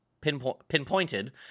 pinpointed